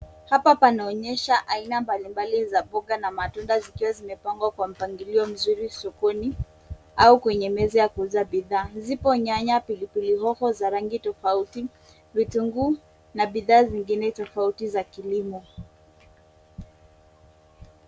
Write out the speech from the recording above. Hapa panaonesha aina mbalimbali za mboga na matunda zikiwa zimepangwa kwa mpangilio mzuri sokoni au kwenye meza ya kuuza bidhaa. Zipo nyanya, pilipili hoho za rangi tofauti, vitunguu na bidhaa zingine tofauti za kilimo.